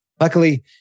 Luckily